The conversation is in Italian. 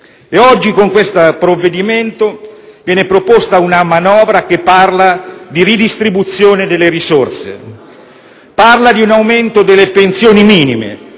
Oggi, con questo provvedimento, viene proposta una manovra che parla di redistribuzione delle risorse, di un aumento delle pensioni minime,